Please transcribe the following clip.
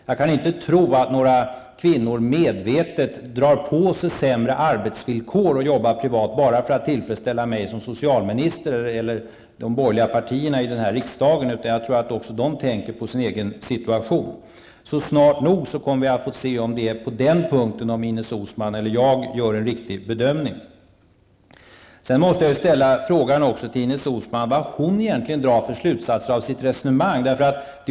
Jag kan inte tro att några kvinnor medvetet drar på sig sämre arbetsvillkor och jobbar privat bara för att tillfredsställa mig som socialminister eller de borgerliga partierna i riksdagen. Jag tror att de tänker på sin egen situation. Snart nog kommer vi att få se om Ines Uusmann eller jag gör en riktig bedömning på den punkten. Sedan måste jag ställa frågan till Ines Uusmann om vad hon drar för slutsatser av sitt resonemang.